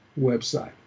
Website